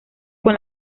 con